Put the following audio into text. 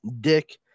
Dick